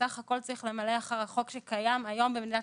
בסך הכל צריך למלא אחר החוק שקיים היום במדינת